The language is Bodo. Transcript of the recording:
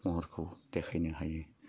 महरखौ देखायनो हायो